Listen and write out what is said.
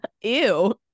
ew